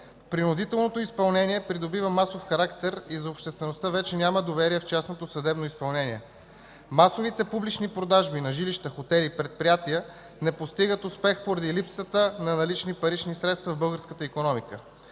Принудителното изпълнение придобива масов характер и за обществеността вече няма доверие в частното съдебно изпълнение. Масовите публични продажби на жилища, хотели, предприятия не постигат успех поради липсата на налични парични средства в българската икономика.